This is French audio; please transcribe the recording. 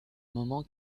moment